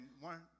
one